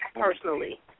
personally